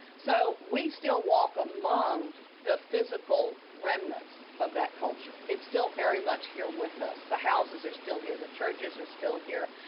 so we still walk among the physical remnants of that culture. it's still very much with us. the houses are still here, the churches are still here,